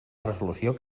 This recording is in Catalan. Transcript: resolució